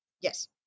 yes